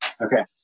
Okay